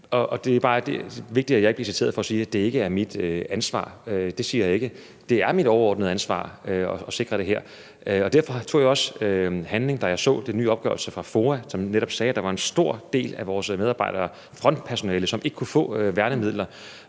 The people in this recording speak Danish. bare vigtigt, at jeg ikke bliver citeret for at sige, at det ikke er mit ansvar. Det siger jeg ikke. Det er mit overordnede ansvar at sikre det her, og derfor handlede jeg også, da jeg så den nye opgørelse fra FOA, som netop sagde, at der var en stor del af vores medarbejdere, frontpersonale, som ikke kunne få værnemidler.